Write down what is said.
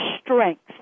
strength